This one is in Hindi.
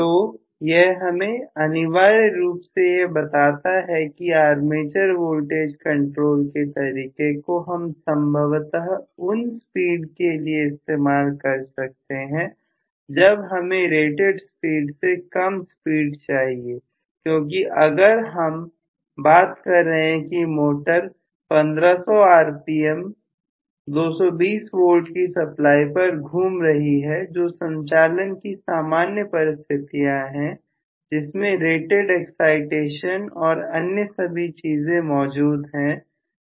तो यह हमें अनिवार्य रूप से यह बताता है कि आर्मेचर वोल्टेज कंट्रोल के तरीके को हम संभवतः उन स्पीड के लिए इस्तेमाल कर सकते हैं जब हमें रेटेड स्पीड से कम स्पीड चाहिए क्योंकि अगर हम बात करें कि मोटर 1500 rpm 220V की सप्लाई पर घूम रही है जो संचालन की सामान्य परिस्थितियां है जिसमें रेटेड एक्साइटेशन और अन्य सभी चीजें मौजूद है